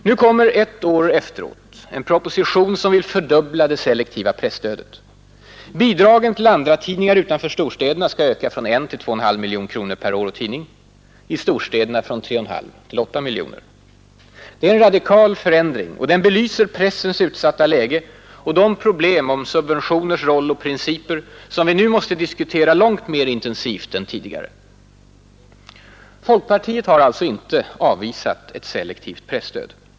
Nu kommer ett år efteråt en proposition som vill fördubbla det selektiva presstödet. Bidragen till andratidningar utanför storstäderna skall öka från 1 till 2,5 miljoner kronor per år och tidning, i storstäderna från 3,5 till 8 miljoner. Det är en radikal förändring. Den belyser pressens utsatta läge och de problem om subventioners roll och principer som vi nu måste diskutera långt mer intensivt än tidigare. Folkpartiet har alltså inte avvisat ett selektivt presstöd.